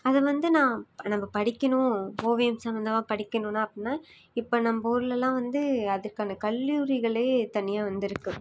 அது வந்து நான் நம்ம படிக்கணும் ஓவியம் சம்மந்தமாக படிக்கணும்னா அப்படினா இப்போ நம்ப ஊர்ல எல்லாம் வந்து அதுக்கான கல்லூரிகளே தனியாக வந்து இருக்கு